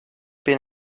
been